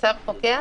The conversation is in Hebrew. הצו פוקע?